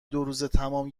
دوروزتمام